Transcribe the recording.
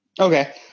Okay